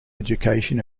education